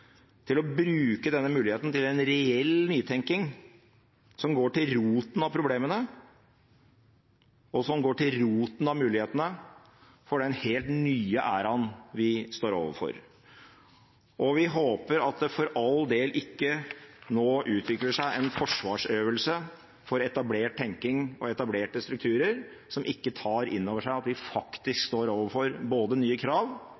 til å bruke denne muligheten til en reell nytenkning som går til roten av problemene, og som går til roten av mulighetene for den helt nye æraen vi står overfor. Og vi håper at det for all del ikke nå utvikler seg en forsvarsøvelse for etablert tenkning og etablerte strukturer som ikke tar inn over seg at vi faktisk står overfor både nye krav